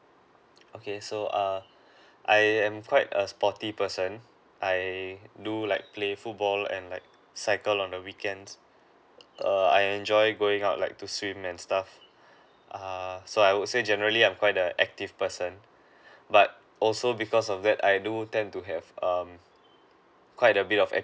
okay so err I am quite a sporty person I do like play football and like cycle on the weekends err I enjoy going out like to swim and stuff err so I would say generally I'm quite a active person but also because of that I do tend to have um quite a bit of